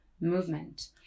Movement